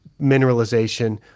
mineralization